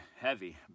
heavy